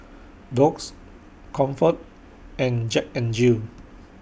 Doux Comfort and Jack N Jill